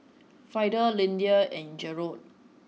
Frieda Lyndia and Jerold